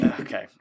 okay